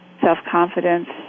self-confidence